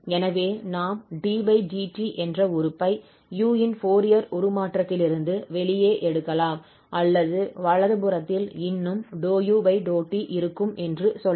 எனவே நாம் ddt என்ற உறுப்பை u இன் ஃபோரியர் உருமாற்றத்திலிருந்து வெளியே எடுக்கலாம் அல்லது வலது புறத்தில் இன்னும் ∂u∂t இருக்கும் என்று சொல்லலாம்